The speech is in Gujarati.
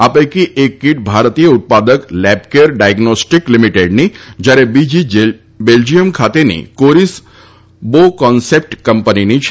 આ પૈકી એક કિટ ભારતીય ઉત્પાદક લેબકેર ડાયઝ્નોસ્ટીક લિમિટેડની જ્યારે બીજી બેલ્જિયમ ખાતેની કોરીસ બોકોન્સેપ્ટ કંપનીની છે